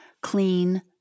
clean